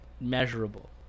measurable